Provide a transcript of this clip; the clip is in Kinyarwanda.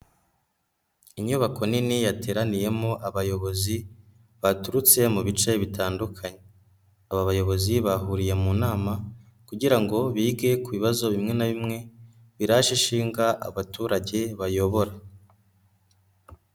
Inyubako nini yateraniyemo abayobozi baturutse mu bice bitandukanye, aba bayobozi bahuriye mu nama kugira ngo bige ku bibazo bimwe na bimwe biraje ishinga abaturage bayobora.